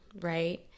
right